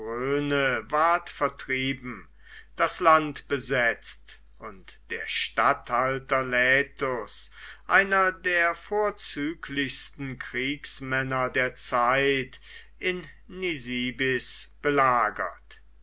vertrieben das land besetzt und der statthalter laetus einer der vorzüglichsten kriegsmänner der zeit in nisibis belagert